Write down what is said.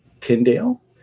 Tyndale